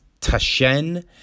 Tashen